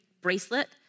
bracelet